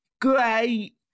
great